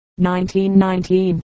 1919